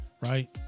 right